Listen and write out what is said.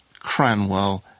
Cranwell